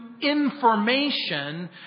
information